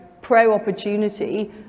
pro-opportunity